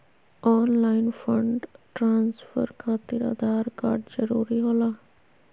Online fund transfer खातिर Aadhaar card जरूरी होला?